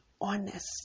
honest